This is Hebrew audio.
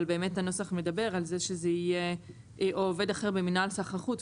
אבל הנוסח מדבר על זה שזה יהיה או עובד אחר במינהל סחר חוץ,